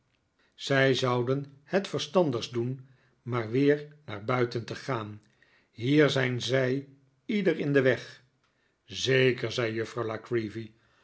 zij zouden het verstandigst doen maar weer naar buiten te gaan hier zijn zij iedereen in den weg zeker zei juffrouw